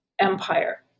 Empire